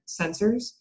sensors